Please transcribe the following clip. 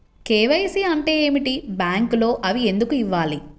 KYC అంటే ఏమిటి? బ్యాంకులో అవి ఎందుకు ఇవ్వాలి?